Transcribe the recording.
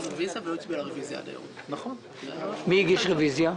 אני לא ראיתי.